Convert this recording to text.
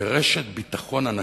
כרשת ביטחון ענקית.